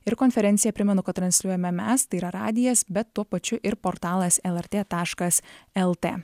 ir konferenciją primenu kad transliuojame mes tai yra radijas bet tuo pačiu ir portalas lrt taškas lt